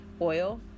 oil